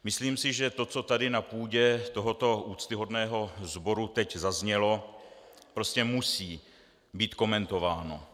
Myslím si, že to, co tady na půdě tohoto úctyhodného sboru teď zaznělo, prostě musí být komentováno.